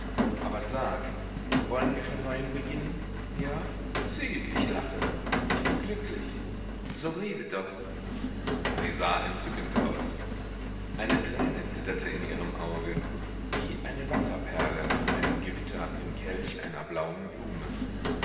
aber sag wollen wir von neuem beginnen ja sieh ich lache ich bin glücklich so rede doch sie sah entzückend aus eine träne zitterte in ihrem auge wie eine wasserperle nach einem gewitter im kelch einer blauen blume